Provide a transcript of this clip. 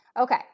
Okay